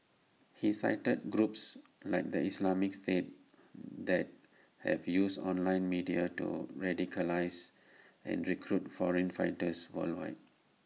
he cited groups like the Islamic state that have used online media to radicalise and recruit foreign fighters worldwide